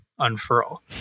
unfurl